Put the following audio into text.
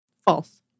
False